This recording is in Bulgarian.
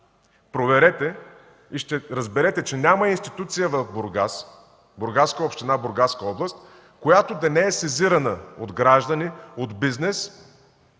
Проверете и ще разберете, че няма институция в Бургас, Бургаска община, Бургаска област, която да не е сезирана от граждани, от бизнес,